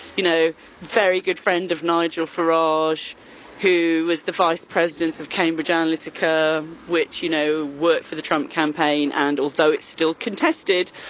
you know, a very good friend of nigel farage who was the vice president of cambridge analytica, which you know, worked for the trump campaign. and although it's still contested,